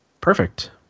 Perfect